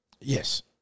Yes